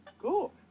cool